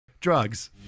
Drugs